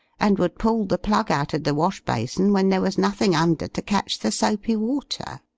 and would pull the plug out of the wash-bason when there was nothing under to catch the soapy water.